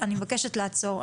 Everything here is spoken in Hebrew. אני מבקשת לעצור.